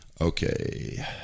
Okay